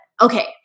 okay